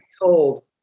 told